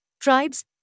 tribes